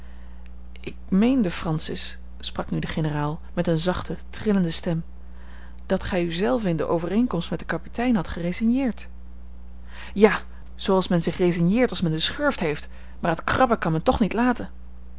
ik meende francis sprak nu de generaal met eene zachte trillende stem dat gij zelve u in de overeenkomst met den kapitein had geresigneerd ja zooals men zich resigneert als men de schurft heeft maar het krabben kan men toch niet laten